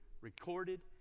recorded